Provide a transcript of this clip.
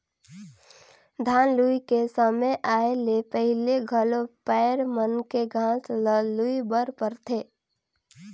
धान लूए के समे आए ले पहिले घलो पायर मन के घांस ल लूए बर परथे